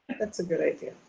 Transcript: that's a good idea.